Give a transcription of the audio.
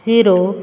zero